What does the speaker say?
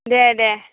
दे दे